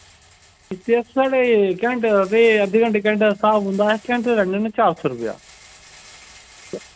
ते केह् साढ़े घैंटे दा ते अद्धे घैंटे घैंटे दा स्हाब होंदा ऐ घैंटे दा लैन्ने होन्ने चार सौ रपेआ